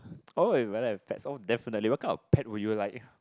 oh you rather have pets oh definitely what kind of pet would you like